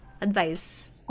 Advice